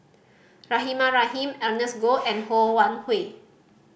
Rahimah Rahim Ernest Goh and Ho Wan Hui